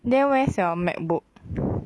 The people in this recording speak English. then where's your macbook